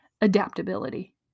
adaptability